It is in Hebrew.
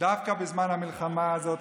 דווקא בזמן המלחמה הזאת,